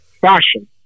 fashion